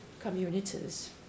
communities